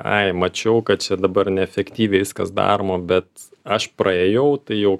ai mačiau kad čia dabar neefektyviai viskas daroma bet aš praėjau tai jau